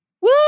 Woo